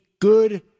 good